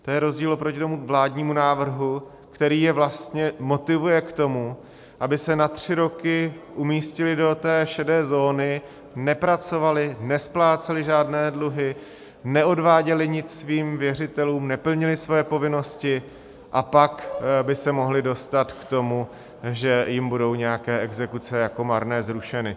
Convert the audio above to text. To je rozdíl oproti vládnímu návrhu, který je vlastně motivuje k tomu, aby se na tři roky umístili do šedé zóny, nepracovali, nespláceli žádné dluhy, neodváděli nic svým věřitelům, neplnili svoje povinnosti, a pak by se mohli dostat k tomu, že jim budou nějaké exekuce jako marné zrušeny.